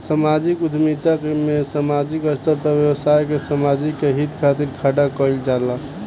सामाजिक उद्यमिता में सामाजिक स्तर पर व्यवसाय के समाज के हित खातिर खड़ा कईल जाला